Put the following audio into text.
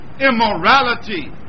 Immorality